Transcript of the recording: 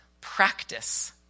practice